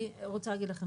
אני רוצה להגיד לכם,